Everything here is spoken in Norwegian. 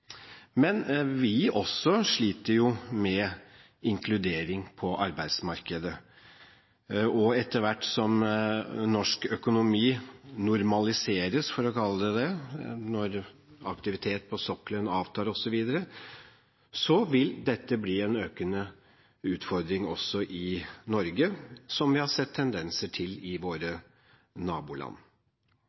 Men vi sliter også med inkludering på arbeidsmarkedet. Og etter hvert som norsk økonomi normaliseres, for å kalle det det når aktiviteten på sokkelen avtar osv., vil dette bli en større utfordring også i Norge, slik vi har sett tendenser til i våre naboland.